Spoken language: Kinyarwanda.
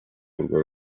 urwo